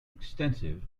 extensive